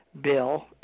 Bill